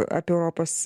apie europos